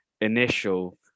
initial